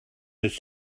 his